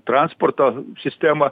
transporto sistemą